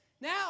Now